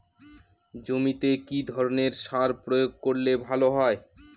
জমিতে কি ধরনের সার প্রয়োগ করলে ভালো হয়?